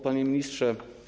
Panie Ministrze!